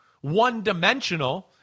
one-dimensional –